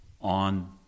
on